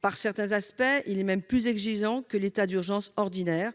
Par certains aspects, ce régime est même plus exigeant que celui de l'état d'urgence « ordinaire